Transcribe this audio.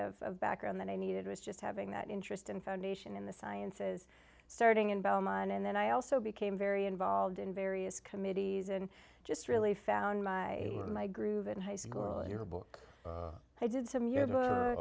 of background that i needed was just having that interest and foundation in the sciences starting in belmont and then i also became very involved in various committees and just really found my my groove in high school yearbook i did some y